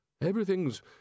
Everything's